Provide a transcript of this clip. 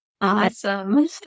Awesome